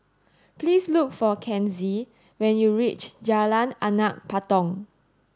please look for Kenzie when you reach Jalan Anak Patong